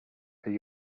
are